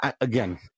again –